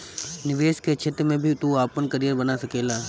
निवेश के क्षेत्र में भी तू आपन करियर बना सकेला